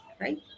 right